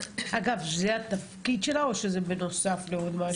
אגב, זה התפקיד שלה או שזה בנוסף לעוד משהו?